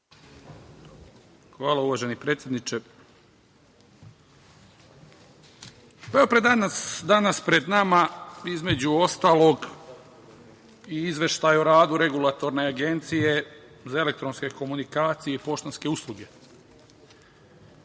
Hvala, uvaženi predsedniče. Danas je pred nama, između ostalog, i Izveštaj o radu Regulatorne agencije za elektronske komunikacije i poštanske usluge.